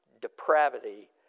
depravity